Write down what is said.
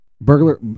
Burglar